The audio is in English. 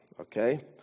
okay